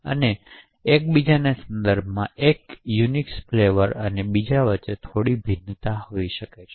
તેથી એક બીજાના સંદર્ભમાં એક યુનિક્સ ફ્લેવર અને બીજા વચ્ચે ભિન્નતા હશે